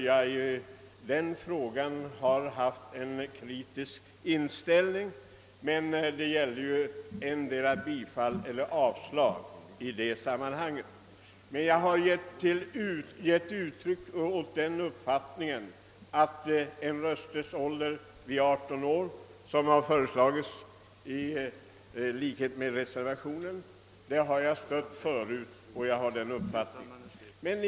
Jag har nämligen i den då aktuella frågan haft en kritisk inställning, men då gällde det ju enbart att antingen bifalla eller avslå det föreliggande förslaget. Jag har emellertid redan tidigare gett uttryck åt den uppfattningen att den rösträttsålder, 18 år, som föreslagits i reservationen är riktig och stött förslag härom, och jag har som sagt fortfarande samma uppfattning.